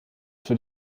für